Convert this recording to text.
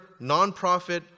nonprofit